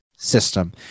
system